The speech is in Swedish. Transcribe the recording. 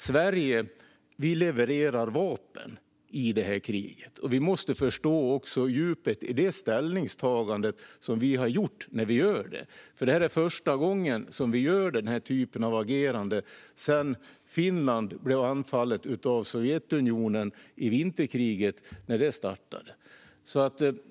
Sverige levererar vapen i det här kriget. Vi måste förstå också djupet i det ställningstagande som vi gjort när vi gör det. Det är första gången som vi agerar på det här sättet sedan Finland blev anfallet av Sovjetunionen och vinterkriget startade.